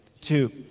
Two